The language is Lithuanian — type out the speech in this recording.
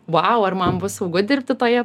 vau ar man bus saugu dirbti toje